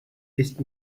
ist